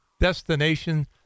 Destination